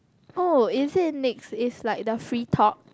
oh is it next is like the free talk